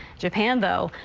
japan, though,